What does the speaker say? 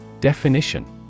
Definition